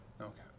Okay